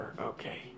Okay